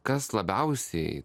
kas labiausiai